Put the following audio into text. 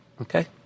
Okay